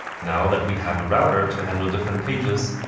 now that we have a router to handle different pages,